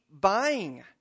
buying